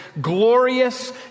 glorious